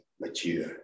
Mature